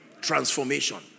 transformation